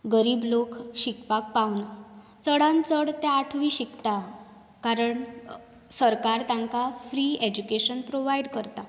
गरीब लोक शिकपाक पावनात चडांत चड ते आठवी शिकता कारण सरकार तांकां फ्री एज्युकेशन प्रोवायड करता